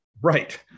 Right